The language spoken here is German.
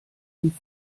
die